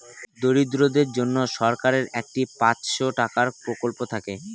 দরিদ্রদের জন্য সরকারের একটি পাঁচশো টাকার প্রকল্প থাকে